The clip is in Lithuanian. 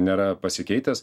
nėra pasikeitęs